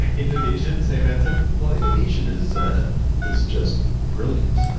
and indonesian, same answer? well, indonesian is ah is just brilliant.